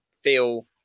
feel